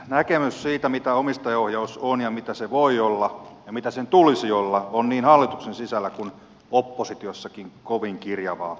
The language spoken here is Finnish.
näkemys siitä mitä omistajaohjaus on ja mitä se voi olla ja mitä sen tulisi olla on niin hallituksen sisällä kuin oppositiossakin kovin kirjavaa